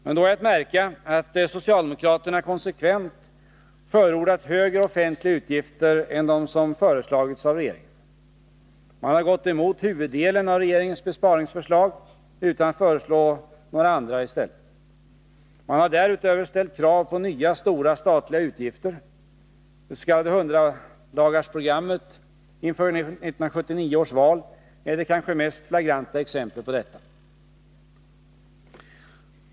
Men då är att märka att socialdemokraterna konsekvent förordat högre offentliga utgifter än dem som föreslagits av regeringen. Man har gått emot huvuddelen av regeringens besparingsförslag utan att föreslå några andra. Man har därutöver ställt krav på nya stora statliga utgifter. Det s.k. hundradagarsprogrammet inför 1979 års val är det kanske mest flagranta exemplet på detta.